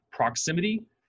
proximity